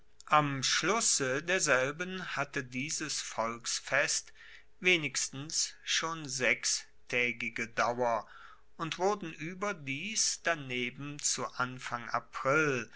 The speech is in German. am schlusse derselben hatte dieses volksfest wenigstens schon sechstaegige dauer und wurden ueberdies daneben zu anfang april